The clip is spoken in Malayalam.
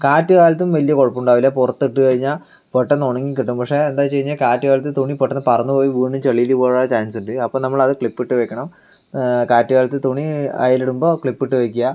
കാറ്റ് കാലത്തും വലിയ കുഴപ്പം ഉണ്ടാകില്ല പുറത്ത് ഇട്ട് കഴിഞ്ഞാൽ പെട്ടെന്ന് ഉണങ്ങി കിട്ടും പക്ഷെ എന്താണെന്ന് വെച്ച് കഴിഞ്ഞാൽ കാറ്റ് കാലത്ത് തുണി പെട്ടെന്ന് പറന്ന് പോയി വീണ് ചെളിയിൽ വീഴാൻ ചാൻസ് ഉണ്ട് അപ്പോ നമ്മൾ അത് ക്ലിപ്പിട്ട് വെക്കണം കാറ്റ് കാലത്ത് തുണി അയയിൽ ഇടുമ്പോൾ ക്ലിപ്പിട്ട് വെക്കുക